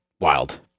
wild